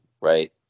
Right